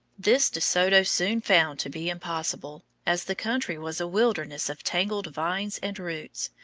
this de soto soon found to be impossible, as the country was a wilderness of tangled vines and roots,